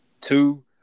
two